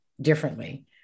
differently